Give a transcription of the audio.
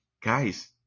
guys